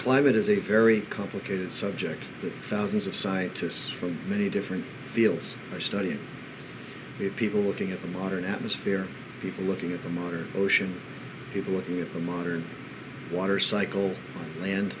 climate is a very complicated subject that thousands of scientists from many different fields are studying it people looking at the modern atmosphere people looking at them or ocean people looking at the modern water cycle land